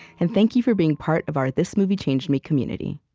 and thank you for being part of our this movie changed me community